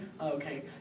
okay